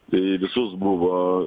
į visus buvo